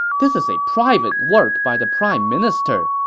this is a private work by the prime minister,